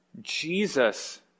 Jesus